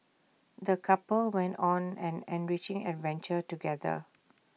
the couple went on an enriching adventure together